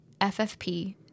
FFP